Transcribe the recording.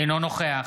אינו נוכח